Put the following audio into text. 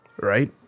right